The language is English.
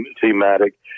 thematic